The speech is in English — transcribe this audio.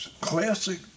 Classic